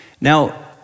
Now